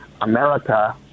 America